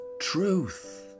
truth